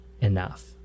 enough